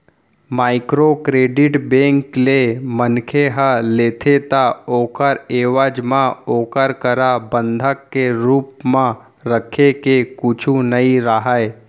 micro credit bank ले मनखे ह लेथे ता ओखर एवज म ओखर करा बंधक के रुप म रखे के कुछु नइ राहय